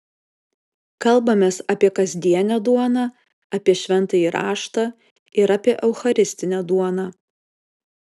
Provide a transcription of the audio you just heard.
kalbamės apie kasdienę duoną apie šventąjį raštą ir apie eucharistinę duoną